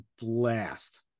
blast